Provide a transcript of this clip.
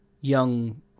young